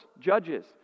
judges